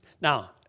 Now